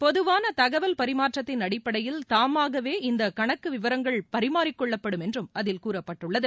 பொதுவான தகவல் பரிமாற்றத்தின் அடிப்படையில் தாமாகவே இந்த கணக்கு விவரங்கள் பரிமாறிக்கொள்ளப்படும் என்றும் அதில் கூறப்பட்டுள்ளது